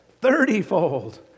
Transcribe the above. thirtyfold